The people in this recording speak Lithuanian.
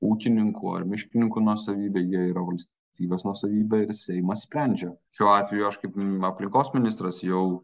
ūkininkų ar miškininkų nuosavybė jie yra valstybės nuosavybė ir seimas sprendžia šiuo atveju aš kaip aplinkos ministras jau